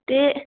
ते